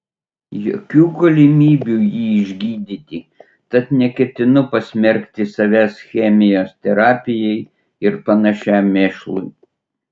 jokių galimybių jį išgydyti tad neketinu pasmerkti savęs chemijos terapijai ir panašiam mėšlui